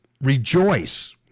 rejoice